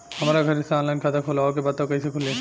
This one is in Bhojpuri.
हमरा घरे से ऑनलाइन खाता खोलवावे के बा त कइसे खुली?